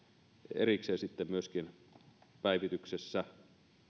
erikseen päivityksessä